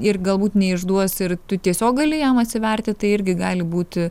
ir galbūt neišduos ir tu tiesiog gali jam atsiverti tai irgi gali būti